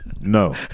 No